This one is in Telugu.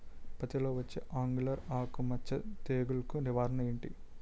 పత్తి లో వచ్చే ఆంగులర్ ఆకు మచ్చ తెగులు కు నివారణ ఎంటి?